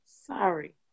Sorry